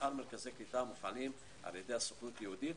שאר מרכזי הקליטה מופעלים על-ידי הסוכנות היהודית,